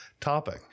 topic